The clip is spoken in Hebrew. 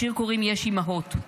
לשיר קוראים "יש אימהות".